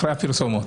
אחרי הפרסומות.